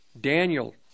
Daniel